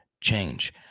change